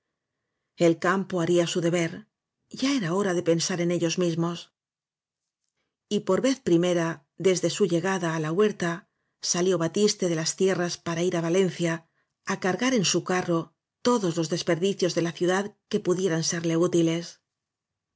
el campo haría su deber ya era hora de pensar en ellos mismos por primera vez desde su llegada á la huerta salió batiste de las tierras para ir á valencia á cargar en su carro todos los des perdicios de la ciudad que pudieran serle útiles